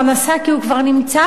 כי הוא כבר נמצא כאן.